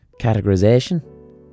categorization